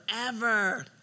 forever